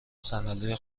صندلی